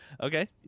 Okay